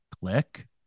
click